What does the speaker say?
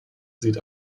sieht